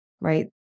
right